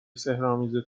سحرآمیز